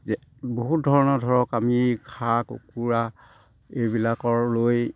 যে বহুত ধৰণৰ ধৰক আমি হাঁহ কুকুৰা এইবিলাকৰ লৈ